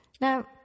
Now